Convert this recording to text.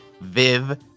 Viv